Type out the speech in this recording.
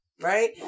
right